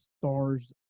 Stars